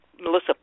melissa